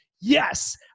yes